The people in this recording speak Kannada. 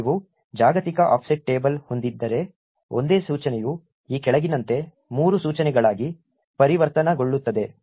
ನೀವು ಜಾಗತಿಕ ಆಫ್ಸೆಟ್ ಟೇಬಲ್ ಹೊಂದಿದ್ದರೆ ಒಂದೇ ಸೂಚನೆಯು ಈ ಕೆಳಗಿನಂತೆ ಮೂರು ಸೂಚನೆಗಳಾಗಿ ಪರಿವರ್ತನೆಗೊಳ್ಳುತ್ತದೆ